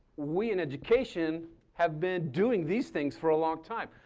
we in education have been doing these things for a long time.